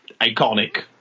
iconic